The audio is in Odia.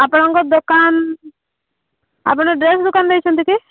ଆପଣଙ୍କ ଦୋକାନ ଆପଣ ଡ୍ରେସ୍ ଦୋକାନ ଦେଇଛନ୍ତି କି